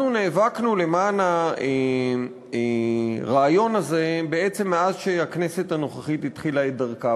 אנחנו נאבקנו למען הרעיון הזה בעצם מאז שהכנסת הנוכחית התחילה את דרכה,